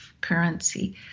currency